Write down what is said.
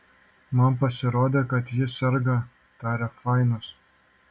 man pasirodė kad ji serga tarė fainas